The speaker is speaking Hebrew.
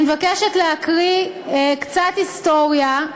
אני מבקשת להקריא קצת היסטוריה,